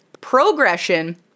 progression